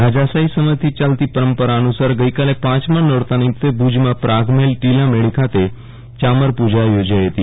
રાજાશાહી સમયથી ચાલતી પરંપરા અનસાર ગઈકાલે પાંચમા નોરતા નિમિતે ભુજમં પ્રાગમહે લ ટીલામડો ખાતે ચામર પુજા યોજાઈ હતી